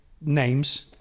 names